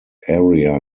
area